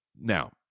Now